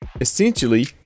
Essentially